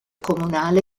comunale